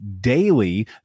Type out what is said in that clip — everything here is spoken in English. daily